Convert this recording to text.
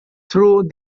through